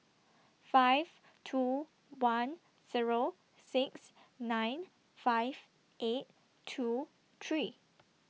five two one Zero six nine five eight two three